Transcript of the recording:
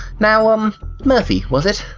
now, um murphy was it?